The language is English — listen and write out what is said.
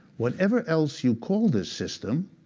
whatever else you call this system,